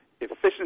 efficiency